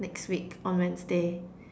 next week on Wednesday